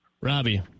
Robbie